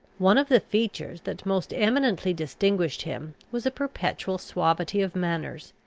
one of the features that most eminently distinguished him was a perpetual suavity of manners,